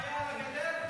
אלוהים יעזור,